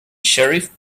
sheriff